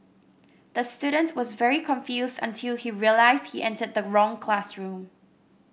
the student was very confused until he realised he entered the wrong classroom